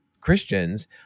Christians